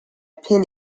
pin